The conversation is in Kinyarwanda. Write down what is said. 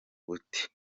buti